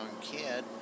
Kid